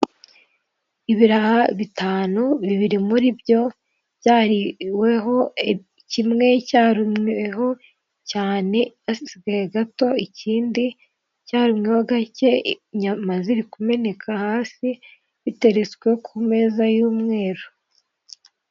Ibiraha bitanu, bibiri muri byo byariweho, kimwe cyarumweho cyane hasigaye gato, ikindi cyarumweho gake inyama ziri kumeneka hasi, biteretswe ku meza y'umweru.